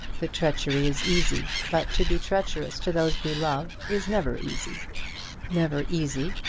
the treachery is easy but to be treacherous to those we love is never easy never easy,